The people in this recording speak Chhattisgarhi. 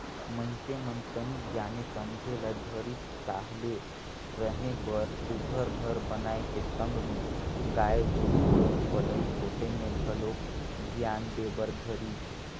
मइनसे मन तनिक जाने समझे ल धरिस ताहले रहें बर सुग्घर घर बनाए के संग में गाय गोरु कर पलई पोसई में घलोक धियान दे बर धरिस